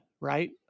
right